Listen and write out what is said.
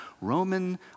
Roman